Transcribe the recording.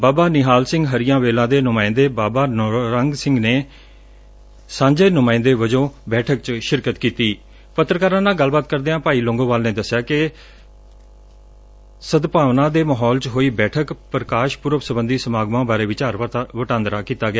ਬਾਬਾ ਨਿਹਾਲ ਸਿੰਘ ਹਰੀਆ ਵੇਲਾਂ ਦੇ ਨੁਮਾਂਇੰਦੇ ਬਾਬਾ ਨੌਰੰਗ ਸਿੰਘ ਨੇ ਸਾਂਝੇ ਨੁਮਾਂਇੰਦੇ ਵਜੋਂ ਬੈਠਕ ਚ ਸ਼ਿਰਕਤ ਕੀਤੀ ਪੱਤਰਕਾਰਾਂ ਨਾਲ ਗੱਲਬਾਤ ਕਰਦਿਆਂ ਭਾਈ ਲੌਂਗੋਵਾਲ ਨੇ ਦਸਿਆ ਕਿ ਸਦਭਾਵਨਾ ਦੇ ਮਾਹੌਲ ਚ ਹੋਈ ਬੈਠਕ ਪ੍ਰਕਾਸ਼ ਪੁਰਬ ਸਬੰਧੀ ਸਮਾਗਮਾਂ ਬਾਰੇ ਵਿਚਾਰ ਵਟਾਂਦਰਾ ਕੀਤਾ ਗਿਆ